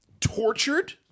tortured